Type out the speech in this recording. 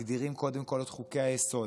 מגדירים קודם כול את חוקי-היסוד,